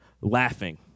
laughing